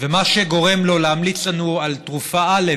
ומה שגורם לו להמליץ לנו על תרופה א'